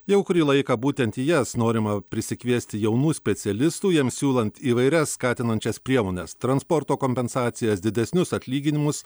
jau kurį laiką būtent į jas norima prisikviesti jaunų specialistų jiems siūlant įvairias skatinančias priemones transporto kompensacijas didesnius atlyginimus